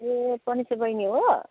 ए प्रनिशा बहिनी हो